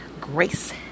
Grace